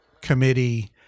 committee